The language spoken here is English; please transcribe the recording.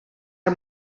are